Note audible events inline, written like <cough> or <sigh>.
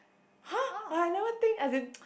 !huh! I never think as in <noise>